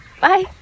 Bye